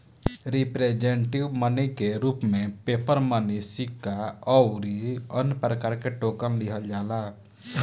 representative money के रूप में पेपर मनी सिक्का अउरी अन्य प्रकार के टोकन लिहल जाला